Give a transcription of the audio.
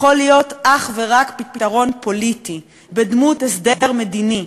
להיות אך ורק פתרון פוליטי בדמות הסדר מדיני.